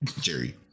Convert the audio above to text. Jerry